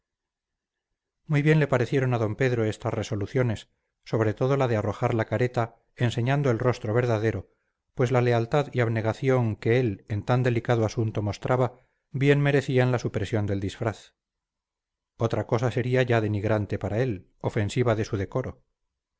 muy bien le parecieron a d pedro estas resoluciones sobre todo la de arrojar la careta enseñando el rostro verdadero pues la lealtad y abnegación que él en tan delicado asunto mostraba bien merecían la supresión del disfraz otra cosa sería ya denigrante para él ofensiva de su decoro